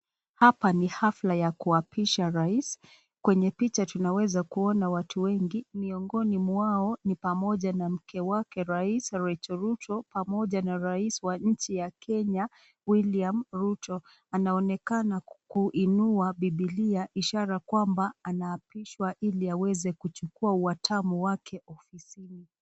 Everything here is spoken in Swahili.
Hapa ni hafla ya kuapishwa rais. Kwenye picha tunaweza kuona watu wengi miongoni mwao ni pamoja na mke wake rais Rachel Ruto pamoja na rais wa nchi ya Kenya William Ruto. Anaonekana kuinua Bibilia ishara kwamba anaapishwa ili aweze kuchukua uatamu wake ofisini.